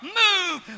move